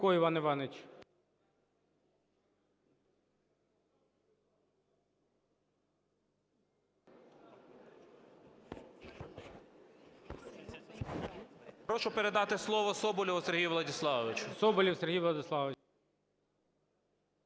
Прошу передати слово Соболєву Сергію Владиславовичу.